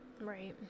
Right